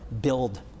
build